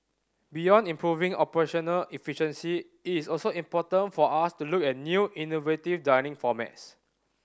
beyond improving operational efficiency it is also important for us to look at new innovative dining formats